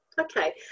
okay